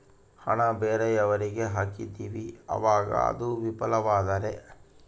ಹಣ ಬೇರೆಯವರಿಗೆ ಹಾಕಿದಿವಿ ಅವಾಗ ಅದು ವಿಫಲವಾದರೆ?